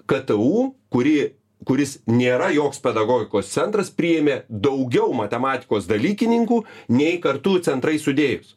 ktu kuri kuris nėra joks pedagogikos centras priėmė daugiau matematikos dalykininkų nei kartu centrai sudėjus